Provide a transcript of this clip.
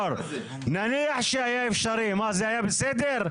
נניח שהיה אפשרי זה היה בסדר?